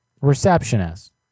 Receptionist